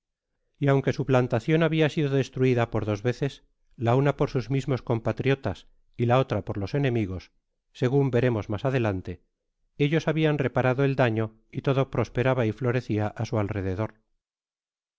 y aunque sa plantacion babia si lo destruida por dos veces la lina por sos mismos compatriotas y la otra por los enemigos según veremes mas adeun e ellos habian reparado el daño y todo prosperaba y florecía á su alrededor